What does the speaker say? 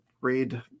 read